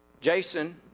Jason